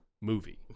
movie